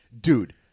Dude